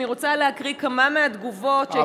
אני רוצה להקריא כמה מהתגובות שקיבלתי באמצעות,